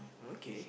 okay